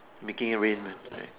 making it rain man right